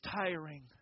tiring